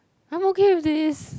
I'm okay with this